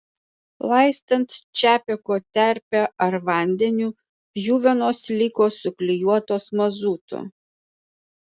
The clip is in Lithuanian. laistant čapeko terpe ar vandeniu pjuvenos liko suklijuotos mazutu